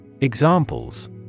Examples